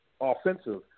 offensive